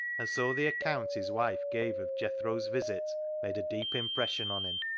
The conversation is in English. and so the account his wife gave of jethro's visit made a deep impression on him.